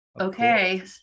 Okay